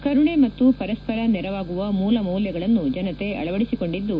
ಕರುಣೆ ಮತ್ತು ಪರಸ್ಪರ ನೆರವಾಗುವ ಮೂಲ ಮೌಲ್ಯಗಳನ್ನು ಜನತೆ ಅಳವಡಿಸಿಕೊಂಡಿದ್ದು